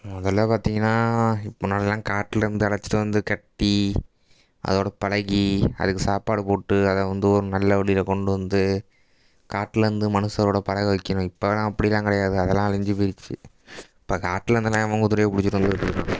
முதல்ல பார்த்தீங்கன்னா இப்போ முன்னாடியெலாம் காட்டில் இருந்து அழைச்சிட்டு வந்து கட்டி அதோடு பழகி அதுக்கு சாப்பாடு போட்டு அதை வந்து ஒரு நல்ல வழியில கொண்டு வந்து காட்லேருந்து மனுஷரோட பழக வைக்கணும் இப்பெல்லாம் அப்படில்லாம் கிடையாது அதெல்லாம் அழிஞ்சு போயிடுச்சு இப்போ காட்டில் இருந்தெல்லாம் எவன் குதிரைய பிடிச்சுட்டு வந்து வெச்சுருக்கான்